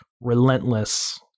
relentless